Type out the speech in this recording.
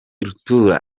rutura